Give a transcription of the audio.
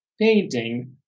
painting